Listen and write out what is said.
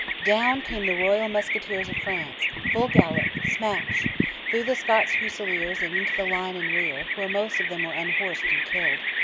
down came the royal musketeers of france, full gallop, smash through the scots fusiliers and into the line in rear, where most of them were unhorsed and killed.